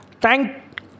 Thank